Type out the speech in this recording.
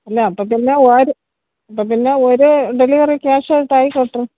അല്ല അപ്പം പിന്നെ ഒരു അപ്പം പിന്നെ ഒരു ഡെലിവറി ക്യാഷായിട്ടായിക്കോട്ട്